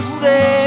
say